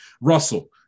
Russell